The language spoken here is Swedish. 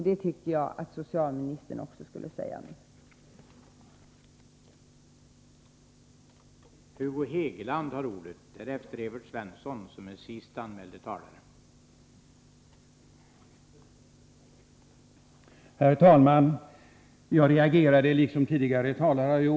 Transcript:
Det tycker jag också att socialministern skulle säga om det här förslaget — det är vad jag vill ha sagt med mitt inlägg.